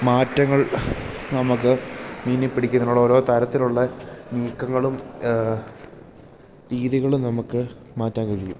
മാറ്റങ്ങൾ നമുക്ക് മീനിനെ പിടിക്കുന്നതിനുള്ള ഓരോ തരത്തിലുള്ള നീക്കങ്ങളും രീതികളും നമുക്ക് മാറ്റാൻ കഴിയും